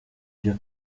byo